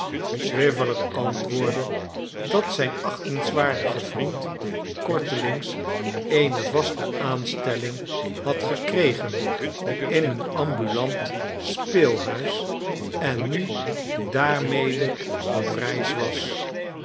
swiveller antwoordde dat zijn achtenswaardige vriend kortelings eene vaste aanstelling had gekregen in een ambulant speelhuis en nu daarmede op reis was